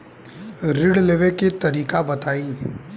ऋण लेवे के तरीका बताई?